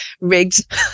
rigged